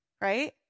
right